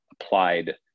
applied